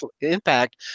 impact